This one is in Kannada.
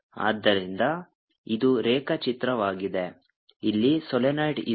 ಆದ್ದರಿಂದ ಇದು ರೇಖಾಚಿತ್ರವಾಗಿದೆ ಇಲ್ಲಿ ಸೊಲೆನಾಯ್ಡ್ ಇದೆ